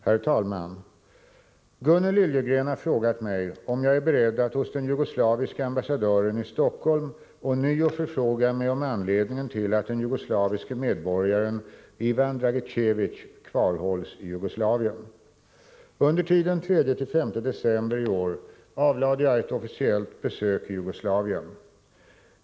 Herr talman! Gunnel Liljegren har frågat mig om jag är beredd att hos den jugoslaviske ambassadören i Stockholm ånyo förfråga mig om anledningen till att den jugoslaviske medborgaren Ivan Dragicevic kvarhålls i Jugoslavien. Under tiden 3-5 december i år avlade jag ett officiellt besök i Jugoslavien.